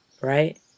right